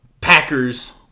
Packers